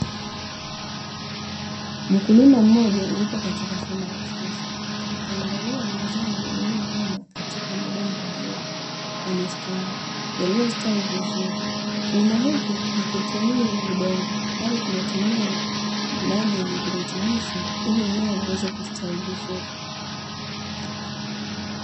Mkulima mmoja yupo katika shamba la kisasa, akiangalia mazao yaliyopandwa katika mabomba meupe kwa mistari yaliyostawi vizuri. Kilimo hiki hakitumii udongo bali kinatumia maji yenye virutubisho ili mmea uweze kustawi vizuri.